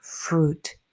fruit